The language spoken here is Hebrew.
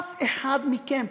אף אחד מכם,